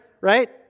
right